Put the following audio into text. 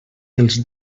dels